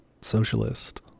socialist